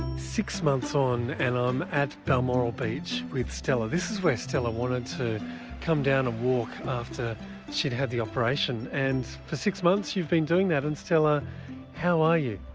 six months on and i'm at balmoral beach with stella, this is where stella wanted to come down and walk after she'd had the operation and for six months you've been doing that and stella how are you?